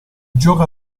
gioca